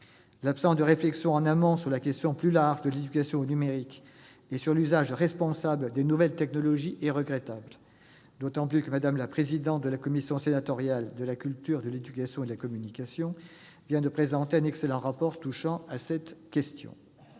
L'absence de réflexion en amont sur le sujet plus vaste de l'éducation au numérique et de l'usage responsable des nouvelles technologies est regrettable, d'autant que Mme la présidente de la commission sénatoriale de la culture, de l'éducation et de la communication vient de présenter un excellent rapport sur cette question.